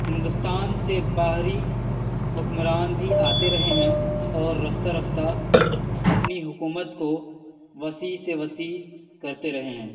ہندوستان سے باہری حکمران بھی آتے رہے ہیں اور رفتہ رفتہ اپنی حکومت کو وسیع سے وسیع کرتے رہے ہیں